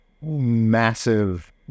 massive